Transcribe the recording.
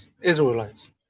Israelites